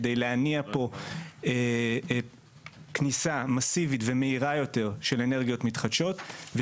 כדי להניע פה כניסה מסיבית ומהירה יותר של אנרגיות מתחדשות,